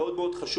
חשוב